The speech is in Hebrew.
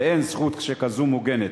ואין זכות שכזו מוגנת.